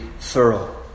thorough